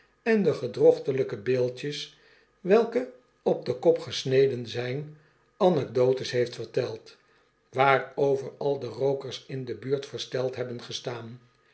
en de gedrochtelyke beeldjes welke op den kop gesneden zyn anekdoten heeft verteld waarover al de rookers in de buurt versteld hebben gestaan